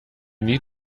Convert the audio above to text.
need